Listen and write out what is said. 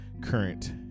current